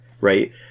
right